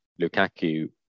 Lukaku